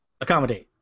Accommodate